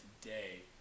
today